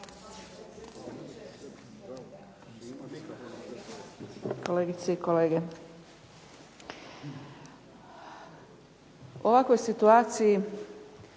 kolegice i kolege.